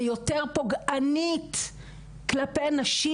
ליותר פוגענית כלפי נשים.